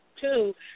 Two